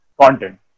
content